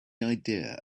idea